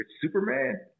Superman